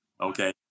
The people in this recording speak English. Okay